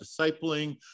discipling